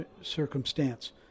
circumstance